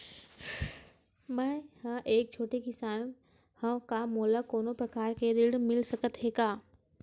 मै ह एक छोटे किसान हंव का मोला कोनो प्रकार के ऋण मिल सकत हे का?